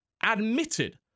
admitted